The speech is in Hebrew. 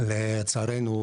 לצערנו,